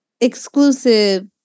exclusive